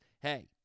Hey